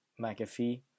McAfee